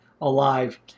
alive